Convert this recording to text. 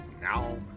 now